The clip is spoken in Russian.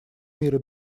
мира